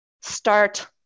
start